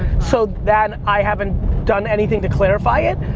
so that, i haven't done anything to clarify it,